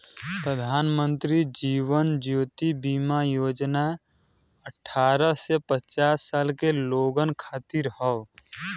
प्रधानमंत्री जीवन ज्योति बीमा योजना अठ्ठारह से पचास साल के लोगन खातिर हौ